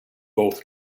both